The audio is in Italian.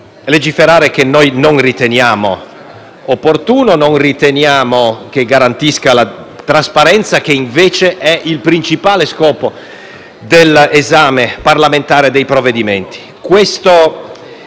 legiferare che non riteniamo opportuno e che non riteniamo garantisca la trasparenza, che invece è il principale scopo dell'esame parlamentare dei provvedimenti.